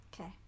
Okay